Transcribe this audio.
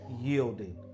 yielding